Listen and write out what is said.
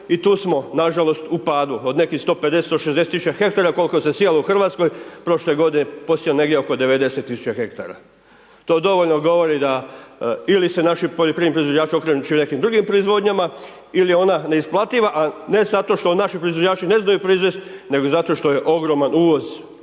i tu smo nažalost u padu, od nekih 150, 160 ha koliko se sijalo u Hrvatskoj prošle godine, posijano je negdje oko 90 000 ha. To dovoljno govori da ili se naši poljoprivredni proizvođači okreću nekim drugim proizvodnjama ili je ona neisplativa a ne zato što naši proizvođači ne znaju proizvest nego zato što je ogroman uvoz